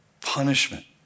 punishment